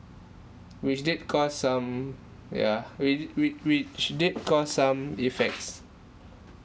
which did cause some yeah we did we which did cause some effects